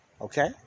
Okay